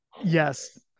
yes